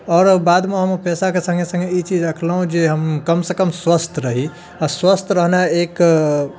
आओर बादमे हमहुँ पेसाके सङ्गे सङ्गे ई चीज रखलहुँ जे हम कमसँ कम स्वस्थ रही आओर स्वस्थ रहनाइ एक